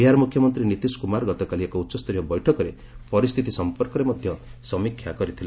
ବିହାର ମୁଖ୍ୟମନ୍ତ୍ରୀ ନୀତିଶ କୁମାର ଗତକାଲି ଏକ ଉଚ୍ଚସ୍ତରୀୟ ବୈଠକରେ ପରିସ୍ଥିତି ସମ୍ପର୍କରେ ମଧ୍ୟ ସମୀକ୍ଷା କରିଥିଲେ